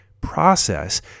process